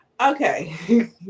Okay